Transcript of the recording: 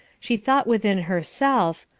she thought within herself,